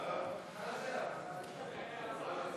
ההצעה להפוך את הצעת חוק פיצוי נפגעי אסון